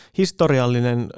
historiallinen